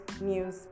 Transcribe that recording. news